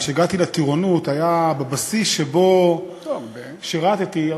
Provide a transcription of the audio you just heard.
וכשהגעתי לטירונות היה בבסיס שבו שירתּי, לא הרבה.